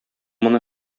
моны